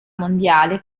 mondiale